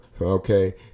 okay